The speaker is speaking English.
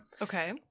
Okay